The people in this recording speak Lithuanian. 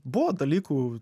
buvo dalykų